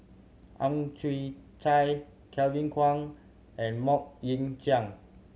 Ang Chwee Chai Kevin Kwan and Mok Ying Jang